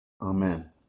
Amen